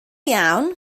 iawn